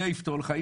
זה יפתור לך.